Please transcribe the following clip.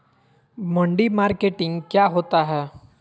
मंडी मार्केटिंग क्या होता है?